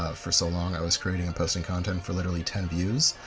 ah for so long i was creating and posting content for literally ten views.